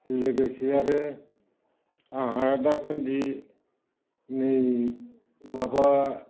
लोगोसे आरो आंहा दासान्दि नै माबा